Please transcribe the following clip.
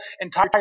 entire